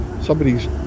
Somebody's